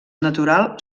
natural